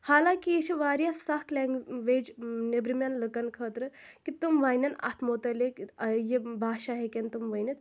حالانٛکہ یہِ چھٕ واریاہ سخ لَنٛگویج نیٚبرِمَٮ۪ن لُکَن خٲطرٕ کہ تِم وَنن اَتھ متعلق ٲں یہِ باشا ہٮ۪کَن تِم ؤنِتھ